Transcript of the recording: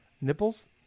nipples